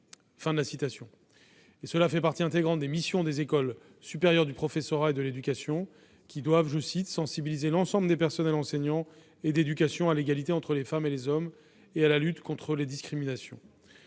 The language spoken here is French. que de la laïcité. Cela fait partie intégrante des missions des écoles supérieures du professorat et de l'éducation, qui doivent « sensibiliser l'ensemble des personnels enseignants et d'éducation à l'égalité entre les femmes et les hommes et à la lutte contre les discriminations ».